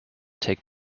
take